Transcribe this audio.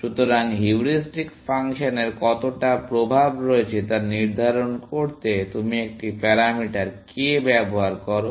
সুতরাং হিউরিস্টিক ফাংশনের কতটা প্রভাব রয়েছে তা নির্ধারণ করতে তুমি একটি প্যারামিটার k ব্যবহার করো